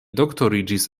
doktoriĝis